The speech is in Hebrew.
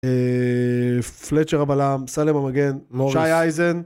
פלצ'ר המלם, סלם המגן, שי אייזן.